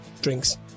drinks